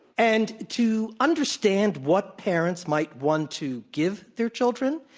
and to understand what parents might want to give their children,